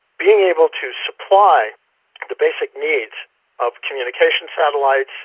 being able to supply the basic needs of communication satellites,